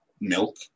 milk